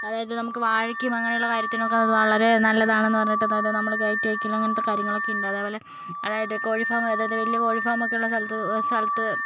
അതായത് നമുക്ക് വാഴക്കും അങ്ങനെയുള്ള മരത്തിനും കാര്യത്തിനൊക്കെ വളരെ നല്ലതാണെന്നു പറഞ്ഞിട്ട് അതായത് നമ്മൾ കയറ്റി അയക്കൽ അങ്ങനത്തെ കാര്യങ്ങളൊക്കെ ഉണ്ട് അതേപോലെ അതായത് കോഴി ഫാം അതായത് വലിയ കോഴി ഫാം ഒക്കെ ഉള്ള സ്ഥലത്ത് സ്ഥലത്ത്